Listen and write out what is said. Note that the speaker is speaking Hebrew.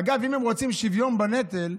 אגב, אם הם רוצים שוויון בנטל,